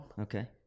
Okay